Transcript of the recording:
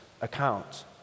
account